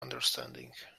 understanding